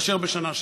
מאשר בשנה שעברה.